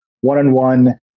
one-on-one